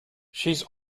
she’s